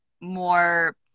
more